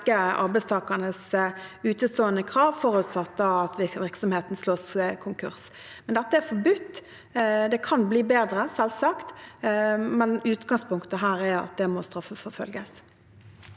arbeidstakernes utestående krav, forutsatt at virksomheten slås konkurs. Dette er forbudt. Det kan bli bedre, selvsagt, men utgangspunktet her er at det må straffeforfølges.